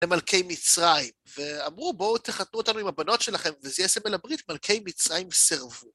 למלכי מצרים, ואמרו בואו תחתנו אותנו עם הבנות שלכם, וזה יהיה סמל הברית, מלכי מצרים סרבו.